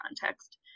context